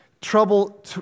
trouble